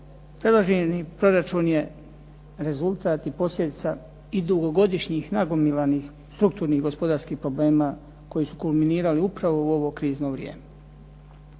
Predloženi proračun je rezultat i posljedica i dugogodišnjih nagomilanih strukturnih gospodarskih problema koji su kulminirali upravo u ovo krizno vrijeme.